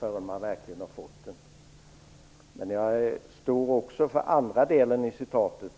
förrän man verkligen har fått inkomsten. Jag står också för andra delen i citatet.